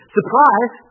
Surprise